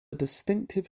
distinctive